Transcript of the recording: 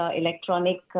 electronic